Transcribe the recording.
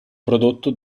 prodotto